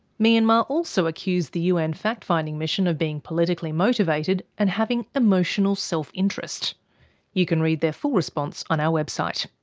myanmar also accused the un fact finding mission of being politically motivated and having emotional self-interest. you can read their full response on our website.